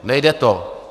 Nejde to.